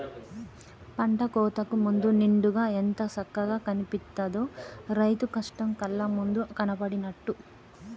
పంట కోతకు ముందు నిండుగా ఎంత సక్కగా కనిపిత్తదో, రైతు కష్టం కళ్ళ ముందు కనబడినట్టు